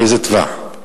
לאיזה טווח.